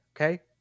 Okay